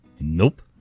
Nope